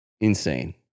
Insane